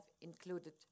included